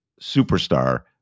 Superstar